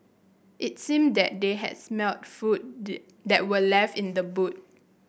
it seemed that they had smelt food did that were left in the boot